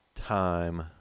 time